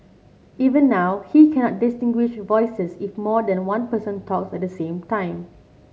even now he cannot distinguish voices if more than one person talks at the same time